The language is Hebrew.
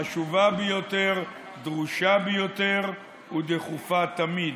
חשובה ביותר, דרושה ביותר ודחופה תמיד.